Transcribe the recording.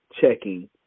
checking